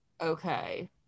okay